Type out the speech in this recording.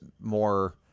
more